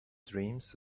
dreams